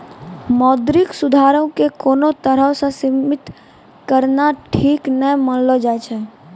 मौद्रिक सुधारो के कोनो तरहो से सीमित करनाय ठीक नै मानलो जाय छै